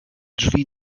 drzwi